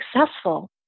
successful